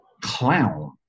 clown